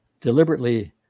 deliberately